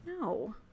no